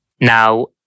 Now